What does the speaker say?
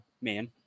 Man